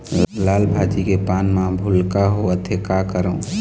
लाल भाजी के पान म भूलका होवथे, का करों?